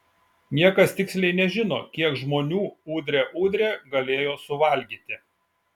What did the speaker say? niekas tiksliai nežino kiek žmonių udre udre galėjo suvalgyti